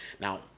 Now